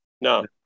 No